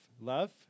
Love